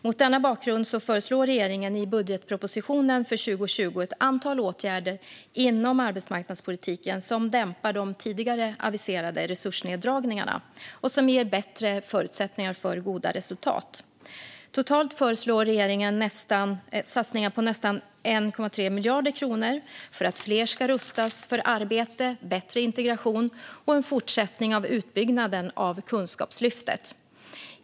Mot denna bakgrund föreslår regeringen i budgetpropositionen för 2020 ett antal åtgärder inom arbetsmarknadspolitiken som dämpar de tidigare aviserade resursneddragningarna och som ger bättre förutsättningar för goda resultat. Totalt föreslår regeringen satsningar på nästan 1,3 miljarder kronor för att fler ska rustas för arbete, bättre integration och en fortsättning av utbyggnaden av Kunskapslyftet.